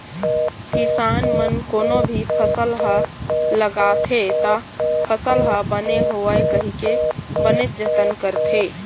किसान मन कोनो भी फसल ह लगाथे त फसल ह बने होवय कहिके बनेच जतन करथे